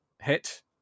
hit